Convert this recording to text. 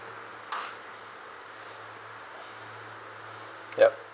yup